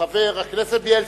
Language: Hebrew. חבר הכנסת בילסקי.